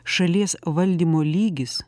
šalies valdymo lygis